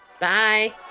Bye